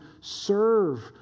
serve